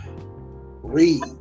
read